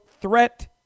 threat